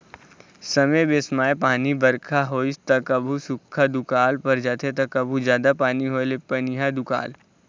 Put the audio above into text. समे बेसमय पानी बरखा होइस त कभू सुख्खा दुकाल पर जाथे त कभू जादा पानी होए ले पनिहा दुकाल